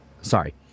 sorry